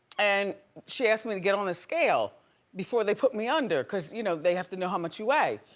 and she asked me to get on the scale before they put me under, cause, you know, they have to know how much you weigh.